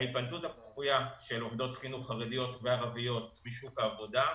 ההתבלטות של עובדות חינוך ערביות וחרדיות בשוק העבודה,